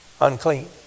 unclean